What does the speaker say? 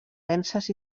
denses